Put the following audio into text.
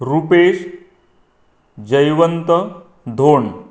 Rupesh Jaywant Dhond